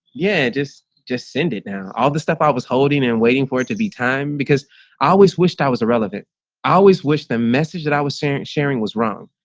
yeah, just just send it now all the stuff i was holding and waiting for it to be time because i always wished i was irrelevant. i always wish the message that i was sharing sharing was wrong.